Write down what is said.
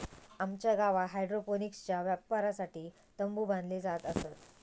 आमच्या गावात हायड्रोपोनिक्सच्या वापरासाठी तंबु बांधले जात असत